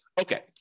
Okay